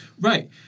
Right